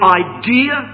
idea